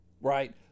Right